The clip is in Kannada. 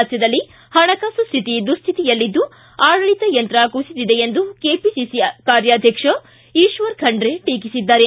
ರಾಜ್ಯದಲ್ಲಿ ಪಣಕಾಸು ಸ್ಥಿತಿ ದುಸ್ತಿತಿಯಲ್ಲಿದ್ದು ಆಡಳಿತ ಯಂತ್ರ ಕುಸಿದಿದೆ ಎಂದು ಕೆಪಿಸಿಸಿ ಕಾರ್ಯಾಧ್ವಕ್ಷ ಈಶ್ವರ ಖಂಡ್ರೆ ಟೀಕಿಸಿದ್ದಾರೆ